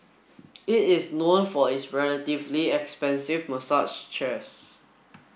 it is known for its relatively expensive massage chairs